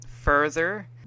Further